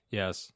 yes